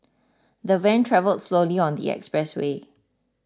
the van travelled slowly on the expressway